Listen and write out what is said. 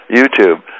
YouTube